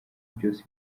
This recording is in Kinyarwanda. byose